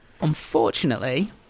Unfortunately